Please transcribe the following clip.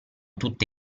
tutte